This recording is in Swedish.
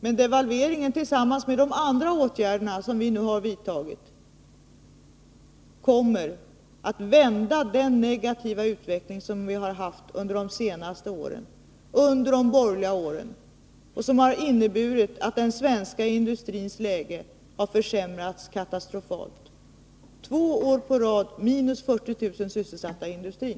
Men devalveringen tillsammans med andra åtgärder som vi har vidtagit kommer att vända den negativa utveckling som vi haft under de senaste åren, under de borgerliga åren, och som har inneburit att den svenska industrins läge har försämrats katastrofalt — två år i rad minus 40 000 sysselsatta i industrin.